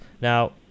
now